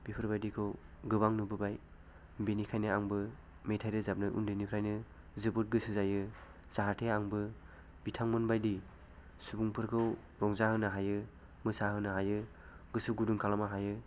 बेफोरबायदिखौ गोबां नुबोबाय बेनिखायनो आंबो मेथाय रोजाबनो उन्दैनिफ्रायनो जोबोद गोसो जायो जाहाथे आंबो बिथांमोन बायदि सुबुंफोरखौ रंजाहोनो हायो मोसाहोनो हायो गोसो गुदुं खालामनो हायो